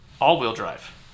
all-wheel-drive